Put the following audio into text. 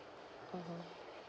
mmhmm